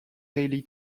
daily